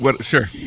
sure